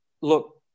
Look